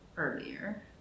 earlier